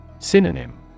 Synonym